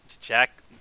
Jack